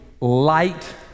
light